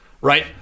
Right